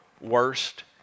worst